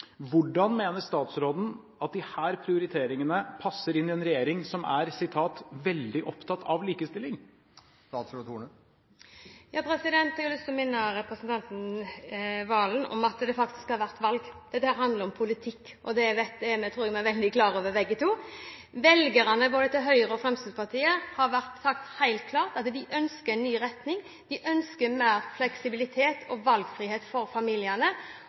Hvordan mener statsråden at disse prioriteringene passer inn i en regjering som er «veldig opptatt av likestilling»? Jeg har lyst til å minne representanten Serigstad Valen om at det faktisk har vært valg. Det handler om politikk, og det tror jeg vi er veldig klar over begge to. Velgerne til både Høyre og Fremskrittspartiet har sagt helt klart at de ønsker en ny retning – de ønsker mer fleksibilitet og valgfrihet for familiene.